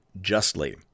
justly